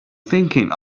thinking